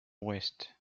ouest